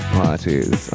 parties